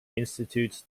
institutions